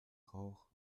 rauch